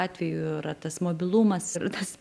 atveju yra tas mobilumas ir tas